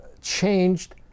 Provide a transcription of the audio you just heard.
changed